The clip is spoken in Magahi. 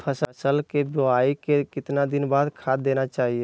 फसल के बोआई के कितना दिन बाद खाद देना चाइए?